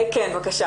בבקשה.